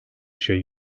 şey